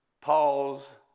Paul's